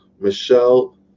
Michelle